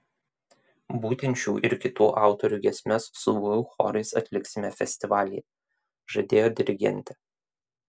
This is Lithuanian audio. būtent šių ir kitų autorių giesmes su vu chorais atliksime festivalyje žadėjo dirigentė